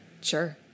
Sure